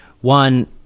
one